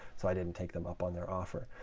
so i didn't take them up on their offer.